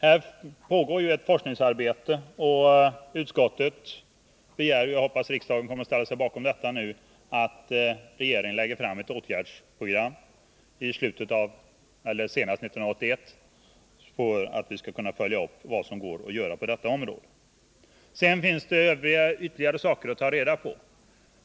Här pågår nu ett forskningsarbete, och utskottet begär — jag hoppas att riksdagen kommer att ställa sig bakom detta — att regeringen lägger fram ett åtgärdsprogram senast 1981 och att vi skall kunna följa upp vad som går att göra på detta område. Sedan finns det ytterligare saker att ta reda på.